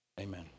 amen